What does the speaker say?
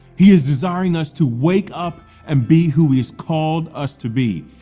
he is desiring us to wake up and be who he has called us to be.